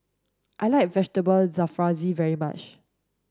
I like Vegetable Jalfrezi very much